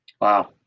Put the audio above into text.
Wow